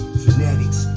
fanatics